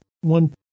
one